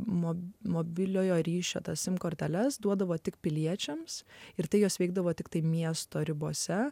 mums mobiliojo ryšio tą sim korteles duodavo tik piliečiams ir tai juos veikdavo tiktai miesto ribose